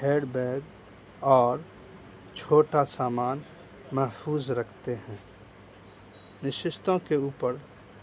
hand bag اور چھوٹا سامان محفوظ رکھتے ہیں نشستوں کے اوپر